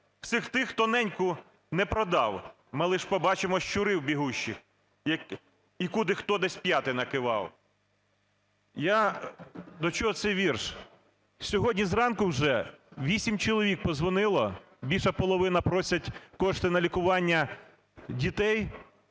всіх тих, хто неньку не продав. Ми лиш побачимо щурів бігущих і куди хто десь п'яти накивав". Я до чого цей вірш? Сьогодні зранку вже вісім чоловік подзвонило, більше половини просять кошти на лікування дітей,